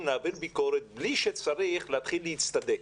להעביר ביקורת בלי הצורך להתחיל להצטדק.